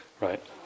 right